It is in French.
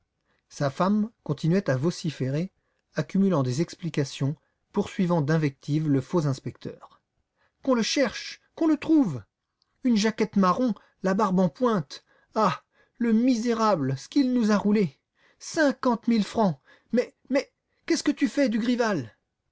sa femme continuait à vociférer accumulant des explications poursuivant d'invectives le faux inspecteur qu'on le cherche qu'on le trouve une jaquette marron la barbe en pointe ah le misérable ce qu'il nous a roulés cinquante mille francs mais oui qu'est-ce que tu fais dugrival